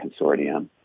consortium